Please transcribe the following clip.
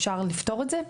אפשר לפתור את זה?